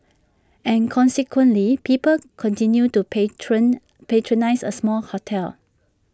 and consequently people continued to patron patronise A smaller hotel